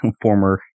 former